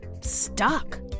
stuck